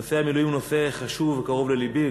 נושא המילואים הוא נושא חשוב וקרוב ללבי,